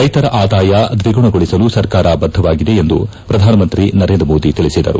ರೈತರ ಆದಾಯ ದ್ವಿಗುಣಗೊಳಿಸಲು ಸರ್ಕಾರ ಬದ್ದವಾಗಿದೆ ಎಂದು ಪ್ರಧಾನಮಂತ್ರಿ ನರೇಂದ್ರ ಮೋದಿ ತಿಳಿಸಿದರು